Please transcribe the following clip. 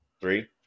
three